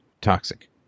toxic